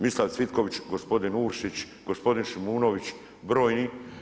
Mislav Cvitković, gospodin Uršić, gospodin Šimunović brojni.